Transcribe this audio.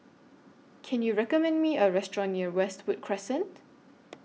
Can YOU recommend Me A Restaurant near Westwood Crescent